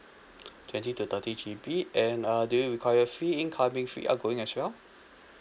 twenty to thirty G_B and uh do you require free incoming free outgoing as well